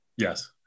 yes